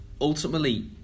ultimately